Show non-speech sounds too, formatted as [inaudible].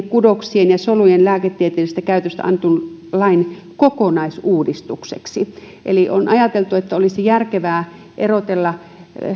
[unintelligible] kudoksien ja solujen lääketieteellisestä käytöstä annetun lain kokonaisuudistukseksi eli on ajateltu että olisi järkevää erotella